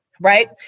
right